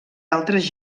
altres